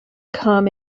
come